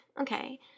okay